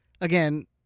again –